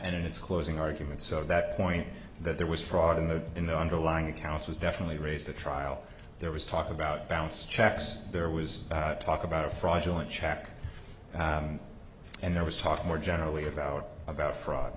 and in its closing argument so that point that there was fraud in the in the underlying accounts was definitely raised the trial there was talk about bounced checks there was talk about a fraudulent check and there was talk more generally about about fraud